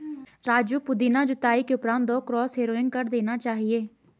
राजू पुदीना जुताई के उपरांत दो क्रॉस हैरोइंग कर देना चाहिए